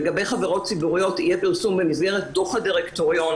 שלגבי חברות ציבוריות יהיה פרסום במסגרת דוח הדירקטוריון,